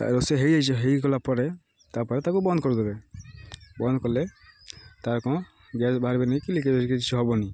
ରୋଷେଇ ହେଇଯାଇ ହେଇଗଲା ପରେ ତା'ପରେ ତାକୁ ବନ୍ଦ କରିଦେବେ ବନ୍ଦ କଲେ ତାର କ'ଣ ଗ୍ୟାସ୍ ବାହାରିବେନି କି ଲିକେଜ୍ କି କିଛି ହେବନି